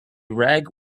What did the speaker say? rag